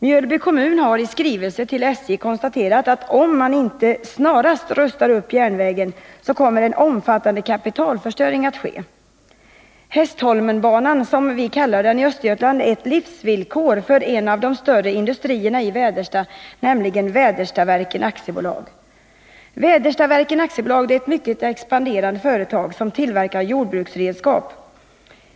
Mjölby kommun har i skrivelse till SJ konstaterat att om SJ inte snarast rustar upp järnvägen, kommer en omfattande kapitalförstöring att ske. Hästholmenbanan, som vi i Östergötland kallar den, är ett livsvillkor för en av de större industrierna i Väderstad, nämligen Väderstad-Verken AB. Väderstad-Verken AB är ett mycket expanderande företag, som tillverkar jordbruksredskap.